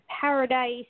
Paradise